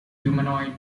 humanoid